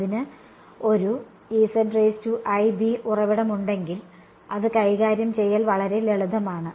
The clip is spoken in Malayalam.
അതിന് ഒരു ഉറവിടമുണ്ടെങ്കിൽ അത് കൈകാര്യം ചെയ്യൽ വളരെ ലളിതമാണ്